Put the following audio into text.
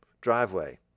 driveway